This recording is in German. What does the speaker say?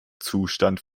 zustand